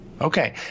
Okay